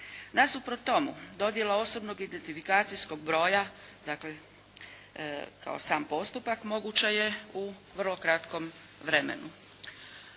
Nasuprot tomu, dodjela osobnog identifikacijskog broja, dakle kao sam postupak moguća je u vrlo kratkom vremenu.